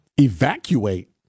Evacuate